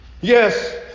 Yes